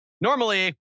normally